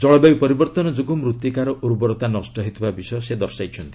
ଜଳବାୟୁ ପରିବର୍ତ୍ତନ ଯୋଗୁଁ ମୃଭିକାର ଉର୍ବରତା ନଷ୍ଟ ହେଉଥିବା ବିଷୟ ସେ ଦର୍ଶାଇଛନ୍ତି